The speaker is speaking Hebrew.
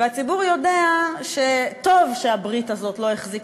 והציבור יודע שטוב שהברית הזאת לא האריכה